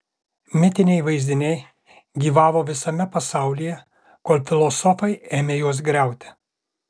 mitiniai vaizdiniai gyvavo visame pasaulyje kol filosofai ėmė juos griauti